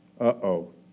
Uh-oh